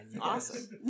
awesome